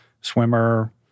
swimmer